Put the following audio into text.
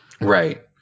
right